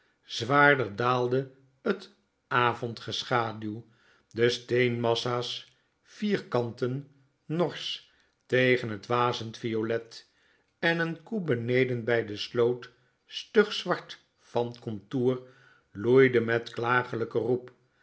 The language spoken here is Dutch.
zwaarder daalde t avondgeschaduw de steenmassa's vierkantten norsch tegen t wazend violet en n koe beneden bij de sloot stug zwart van kontoer loeide met klaaglijken roep